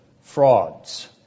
frauds